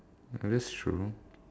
that's true